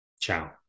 Ciao